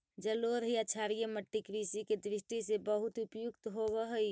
जलोढ़ या क्षारीय मट्टी कृषि के दृष्टि से बहुत उपयुक्त होवऽ हइ